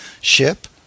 ship